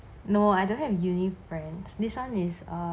no I don't have a uni friends this one is uh